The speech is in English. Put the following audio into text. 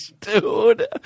dude